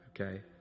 okay